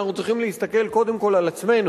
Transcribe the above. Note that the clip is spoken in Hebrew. אנחנו צריכים להסתכל קודם כול על עצמנו,